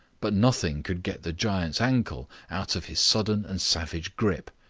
but nothing could get the giant's ankle out of his sudden and savage grip.